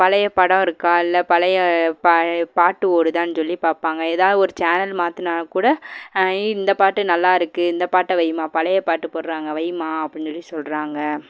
பழைய படம் இருக்கா இல்லை பழைய பா பாட்டு ஓடுதான்னு சொல்லி பார்ப்பாங்க எதாது ஒரு சேனல் மாத்துனால் கூட ஐ இந்த பாட்டு நல்லா இருக்குது இந்த பாட்ட வைம்மா பழைய பாட்டு போடுறாங்க வைம்மா அப்படின்னு சொல்லி சொல்கிறாங்க